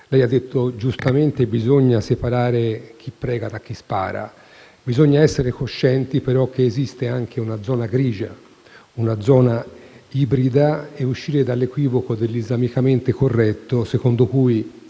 Lei ha detto giustamente che bisogna separare chi prega da chi spara. Bisogna però essere coscienti che esiste anche una zona grigia e ibrida, uscendo dall'equivoco dell'"islamicamente corretto" secondo cui